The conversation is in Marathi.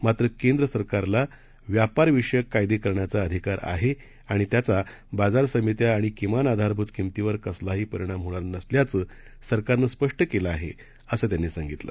मात्र केंद्र सरकारला व्यापार विषयक कायदे करण्याचा अधिकार आहे आणि त्याचा बाजार समित्या आणि किमान आधारभूत किंमतीवर कसलाही परिणाम होणार नसल्याचं सरकारनं स्पष्ट केलं आहे असं त्यांनी सांगितलं